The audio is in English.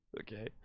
Okay